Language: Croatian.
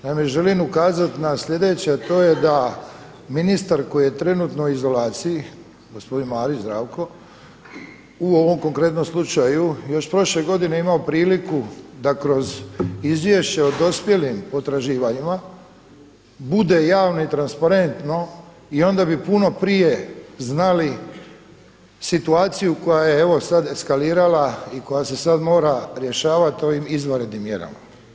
Naime želim ukazati na sljedeće, a to je da ministar koji je trenutno u izolaciji gospodin Marić Zdravko u ovom konkretnom slučaju još prošle godine imao priliku da kroz izvješće o dospjelim potraživanjima bude javno i transparentno i onda bi puno prije znali situaciju koja je evo sada eskalirala i koja se sada mora rješavati ovim izvanrednim mjerama.